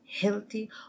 healthy